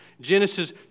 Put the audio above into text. Genesis